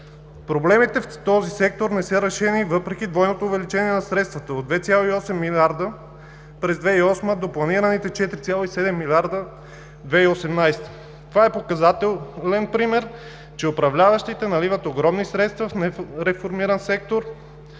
Проблемите в този сектор не са решени, въпреки двойното увеличение на средствата – от 2,8 милиарда през 2008 г. до планираните 4,7 милиарда – 2018 г. Това е показателен пример, че управляващите наливат огромни средства в не реформиран сектор